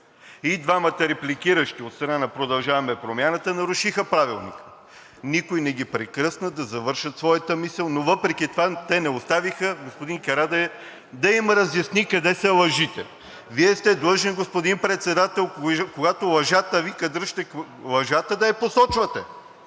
И двамата репликиращи от страна на „Продължаваме Промяната“ нарушиха Правилника и никой не ги прекъсна да завършат своята мисъл, но въпреки това те не оставиха господин Карадайъ да им разясни къде са лъжите. Вие сте длъжен, господин Председател, когато лъжата вика дръжте лъжата, да я посочвате.